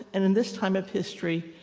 and in this time of history,